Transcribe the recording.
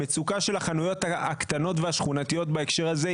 המצוקה של החנויות הקטנות והשכונתיות בהקשר הזה,